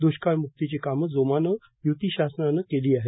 द्ष्काळ मुक्तीचे कामे जोमाने यूती शासनाने केली आहेत